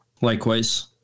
Likewise